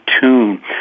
tune